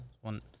one